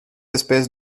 espèces